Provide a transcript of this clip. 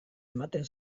ematen